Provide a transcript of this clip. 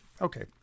Okay